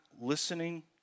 listening